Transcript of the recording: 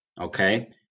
okay